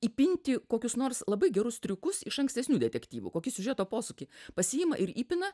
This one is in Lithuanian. įpinti kokius nors labai gerus triukus iš ankstesnių detektyvų kokį siužeto posūkį pasiima ir įpina